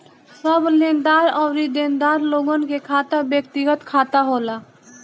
सब लेनदार अउरी देनदार लोगन के खाता व्यक्तिगत खाता होला